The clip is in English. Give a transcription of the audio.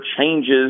changes